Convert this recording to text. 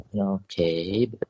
Okay